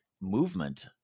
movement